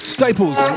Staples